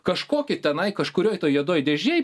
kažkokį tenai kažkurioj toj juodoj dėžėj